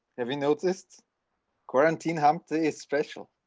have you noticed quarantine humped is special?